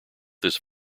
this